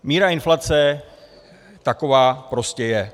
Míra inflace taková prostě je.